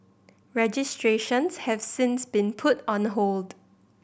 registrations have since been put on hold